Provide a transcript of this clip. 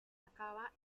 acaba